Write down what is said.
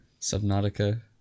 Subnautica